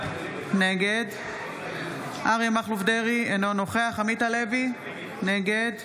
נגד אריה מכלוף דרעי, אינו נוכח עמית הלוי, נגד